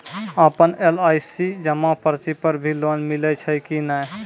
आपन एल.आई.सी जमा पर्ची पर भी लोन मिलै छै कि नै?